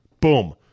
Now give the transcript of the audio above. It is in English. Boom